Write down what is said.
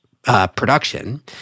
Production